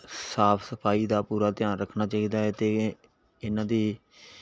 ਸਾਫ ਸਫਾਈ ਦਾ ਪੂਰਾ ਧਿਆਨ ਰੱਖਣਾ ਚਾਹੀਦਾ ਹੈ ਅਤੇ ਇਹਨਾਂ ਦੀ